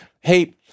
Hey